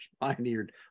pioneered